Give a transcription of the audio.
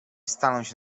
stanąć